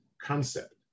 concept